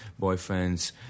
boyfriends